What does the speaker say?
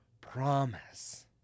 promise